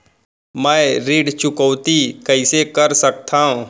मैं ऋण चुकौती कइसे कर सकथव?